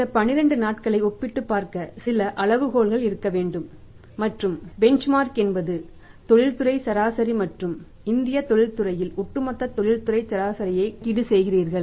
இந்த 12 நாட்களை ஒப்பிட்டுப் பார்க்க சில அளவுகோல்கள் இருக்க வேண்டும் மற்றும் பெஞ்ச்மார்க் என்பது தொழில்துறை சராசரி மற்றும் இந்திய உற்பத்தித் துறையில் ஒட்டுமொத்த தொழில்துறை சராசரியைக் கணக்கிடுகிறீர்கள்